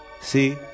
see